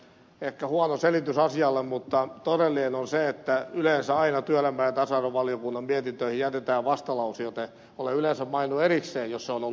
ehkä huono selitys asialle mutta todellinen on se että yleensä aina työelämä ja tasa arvovaliokunnan mietintöihin jätetään vastalause joten olen yleensä maininnut erikseen jos se on ollut yksimielinen